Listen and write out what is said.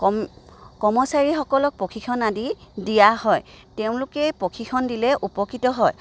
কম কৰ্মচাৰীসকলক প্ৰশিক্ষণ আদি দিয়া হয় তেওঁলোকে প্ৰশিক্ষণ দিলে উপকৃত হয়